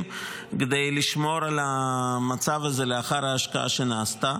כדי לשמור על המצב הזה לאחר ההשקעה שנעשתה.